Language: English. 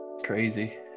crazy